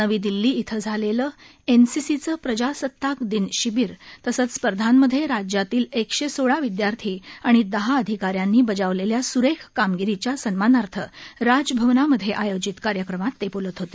नवी दिल्ली इथं झालेलं एनसीसीचं प्रजासताक दिन शिबीर तसंच स्पर्धामध्ये राज्यातील एकशे सोळा विदयार्थी आणि दहा अधिकाऱ्यांनी बजावलेल्या सुरेख कामगिरीच्या सन्मानार्थ राजभवनामध्ये आयोजित कार्यक्रमात ते बोलत होते